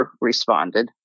responded